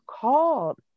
called